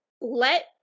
Let